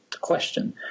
question